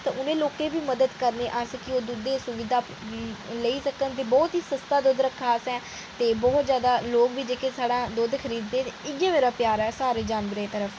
ते उनै लोकें दी बी मदद करनी कि ओह् दुद्धै दी सुविधा लेई पान बहुत ही सस्ता दुद्ध क्रखे दा असें लोक बी बहुत जैदा साढ़ा दुद्ध खरिददे इ'यै मेरा प्यार ऐ सारे जानवरें आस्तै